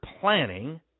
planning